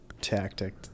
tactic